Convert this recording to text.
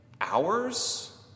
hours